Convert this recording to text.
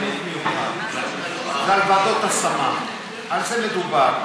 על ועדות השמה, על זה מדובר.